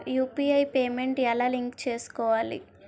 UPI payment ఎలా link చేసుకోవాలి?